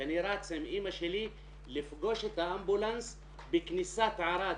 שאני רץ עם אמא שלי לפגוש את האמבולנס בכניסת ערד,